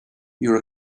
your